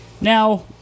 Now